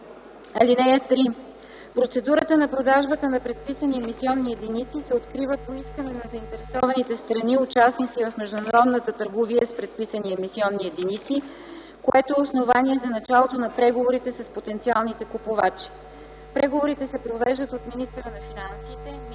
(3) Процедурата на продажбата на предписани емисионни единици се открива по искане на заинтересованите страни – участници в международната търговия с предписани емисионни единици, което е основание за началото на преговорите с потенциалните купувачи. Преговорите се провеждат от министъра на финансите, министъра